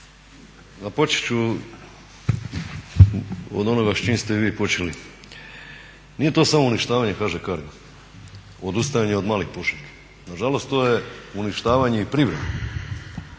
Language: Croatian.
Započet ću od onoga s čim ste i vi počeli. Nije to samo uništavanje HŽ CArga odustajanje od malih pošiljki, nažalost to je uništavanje i privrede